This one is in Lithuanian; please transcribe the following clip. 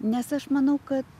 nes aš manau kad